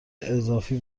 اضافی